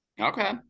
Okay